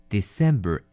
December